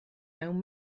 mewn